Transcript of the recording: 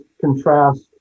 contrast